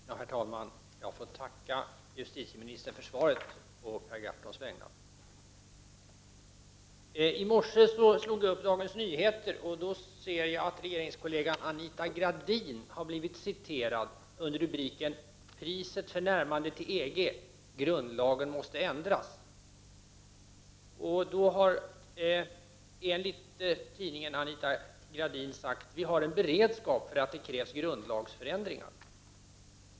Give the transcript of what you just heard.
Herr talman! Jag får på Per Gahrtons vägnar tacka justitieministern för svaret. I morse slog jag upp DN och då ser jag att statsrådet Anita Gradin har blivit citerad under rubriken Priset för närmande till EG: Grundlagen måste ändras. Enligt tidningen har Anita Gradin sagt: ”Vi har en beredskap för att det krävs grundlagsförändringar”.